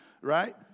Right